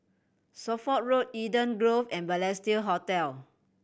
Suffolk Road Eden Grove and Balestier Hotel